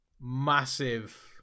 massive